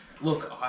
Look